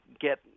get